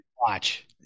watch